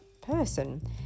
person